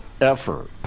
effort